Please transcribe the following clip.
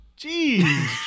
Jeez